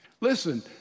Listen